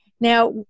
Now